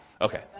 Okay